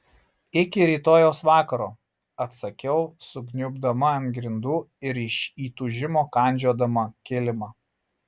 iki rytojaus vakaro atsakiau sukniubdama ant grindų ir iš įtūžimo kandžiodama kilimą